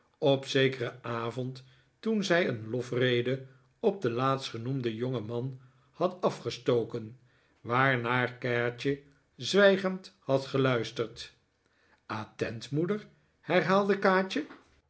op zekeren avond toen zij een lofrede op den laatstgenoemden jongeman had afgestoken waarnaar kaatje zwijgend had geluisterd attent moeder herhaalde kaatje